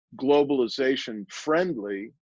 globalization-friendly